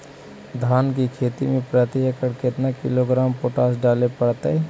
धान की खेती में प्रति एकड़ केतना किलोग्राम पोटास डाले पड़तई?